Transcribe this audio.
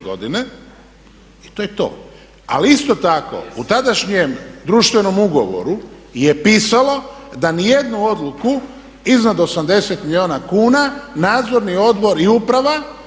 godine i to je to. Ali isto tako u tadašnjem društvenom ugovoru je pisalo da ni jednu odluku iznad 80 milijuna kuna Nadzorni odbor i uprava